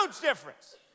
difference